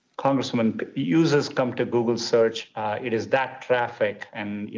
congressman users come to google search it is that traffic? and you